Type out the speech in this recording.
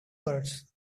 birds